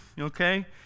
okay